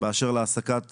באשר להעסקת